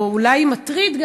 או אולי מטריד,